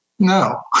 No